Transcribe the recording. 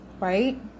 right